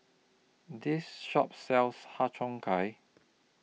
This Shop sells Har Cheong Gai